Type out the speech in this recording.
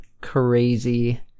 crazy